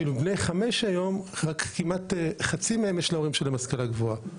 ואילו בני חמש היום כמעט לחצי מההורים שלהם יש השכלה גבוהה,